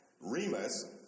Remus